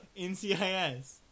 NCIS